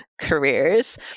careers